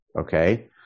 Okay